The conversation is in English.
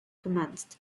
commenced